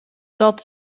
dat